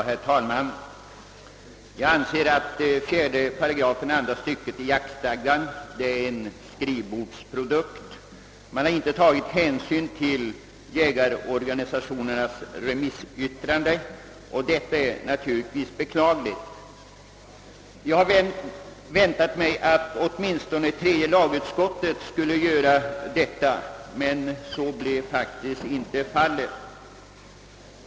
Herr talman! Jag anser att 4 § andra stycket jaktstadgan är en skrivbordsprodukt. Man har inte tagit hänsyn till jägarorganisationernas remissyttranden, vilket naturligtvis är beklagligt. Jag hade väntat mig att åtminstone tredje lagutskottet skulle göra detta, men så blev faktiskt inte fallet.